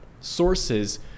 sources